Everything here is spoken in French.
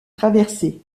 traversées